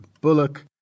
Bullock